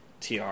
TR